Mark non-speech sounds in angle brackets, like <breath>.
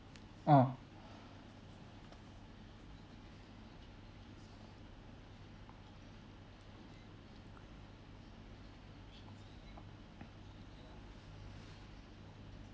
ah <breath>